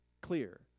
clear